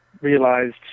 realized